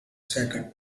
sacred